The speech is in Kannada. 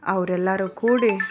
ಅವರು ಎಲ್ಲರೂ ಕೂಡಿ